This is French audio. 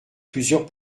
plusieurs